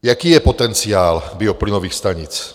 Jaký je potenciál bioplynových stanic?